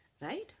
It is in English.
right